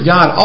God